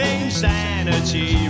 insanity